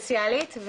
אקספוננציאלית,